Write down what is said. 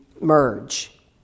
merge